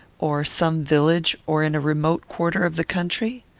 or some village, or in a remote quarter of the country?